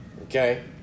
okay